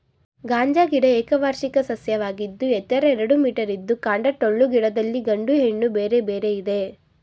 ಗಾಂಜಾ ಗಿಡ ಏಕವಾರ್ಷಿಕ ಸಸ್ಯವಾಗಿದ್ದು ಎತ್ತರ ಎರಡು ಮೀಟರಿದ್ದು ಕಾಂಡ ಟೊಳ್ಳು ಗಿಡದಲ್ಲಿ ಗಂಡು ಹೆಣ್ಣು ಬೇರೆ ಬೇರೆ ಇದೆ